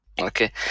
Okay